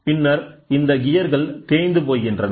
பின்னர் இந்த கியர்கள் தேய்ந்துபோகின்றன